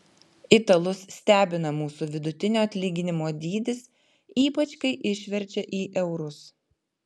italus stebina mūsų vidutinio atlyginimo dydis ypač kai išverčia į eurus